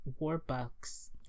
Warbucks